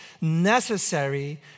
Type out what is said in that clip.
necessary